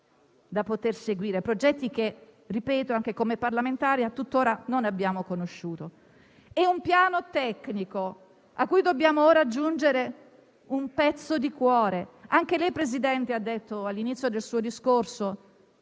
da poter seguire; progetti che - lo ripeto, anche come parlamentare - tuttora non abbiamo conosciuto. È un piano tecnico a cui dobbiamo aggiungere un pezzo di cuore. Anche lei, presidente Draghi, all'inizio del suo discorso